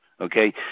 okay